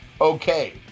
okay